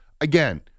again